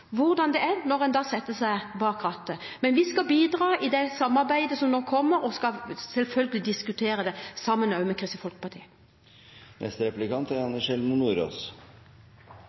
hvordan det er når en da setter seg bak rattet. Men vi skal bidra i det samarbeidet som nå kommer, og skal selvfølgelig diskutere dette også sammen med Kristelig